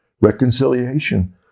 Reconciliation